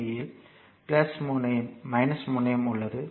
உண்மையில் முனையம் முனையம் உள்ளது